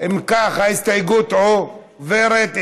אם כך, ההסתייגות עוברת.